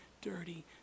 dirty